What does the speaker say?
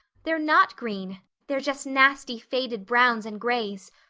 they're not green they're just nasty faded browns and grays.